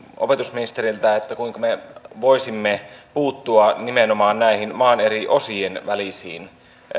opetusministeriltä kuinka me voisimme puuttua nimenomaan näihin maan eri osien välisiin